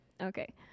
Okay